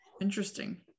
interesting